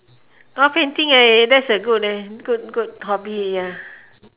oh painting eh that's a good eh good good hobby ya